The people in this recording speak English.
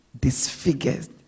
disfigured